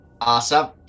awesome